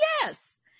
yes